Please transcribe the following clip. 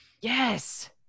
Yes